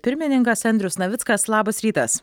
pirmininkas andrius navickas labas rytas